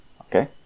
Okay